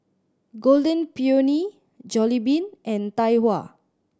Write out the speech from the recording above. Golden Peony Jollibean and Tai Hua